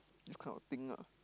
this kind of thing ah